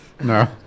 No